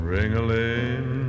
Ring-a-ling